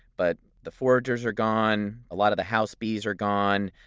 but the foragers are gone, a lot of the house bees are gone,